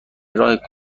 راه